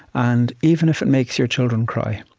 and even if it makes your children cry,